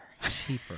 cheaper